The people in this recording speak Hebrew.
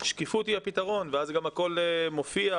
שקיפות היא הפתרון, אז גם הכול מופיע.